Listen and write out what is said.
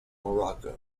morocco